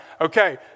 Okay